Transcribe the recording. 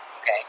okay